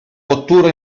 cottura